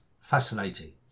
fascinating